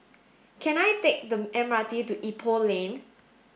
can I take the M R T to Ipoh Lane